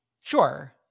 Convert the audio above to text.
Sure